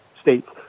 states